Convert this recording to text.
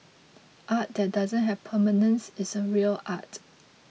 art that doesn't have permanence is a real art